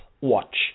Watch